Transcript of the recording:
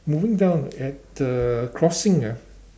moving down at the crossing ah